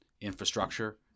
infrastructure